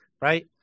right